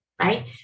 right